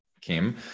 came